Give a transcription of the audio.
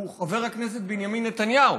הוא חבר הכנסת בנימין נתניהו,